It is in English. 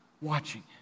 watching